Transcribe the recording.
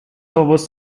almost